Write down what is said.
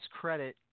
credit